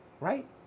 right